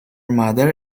mother